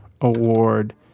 Award